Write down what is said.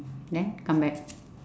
then come back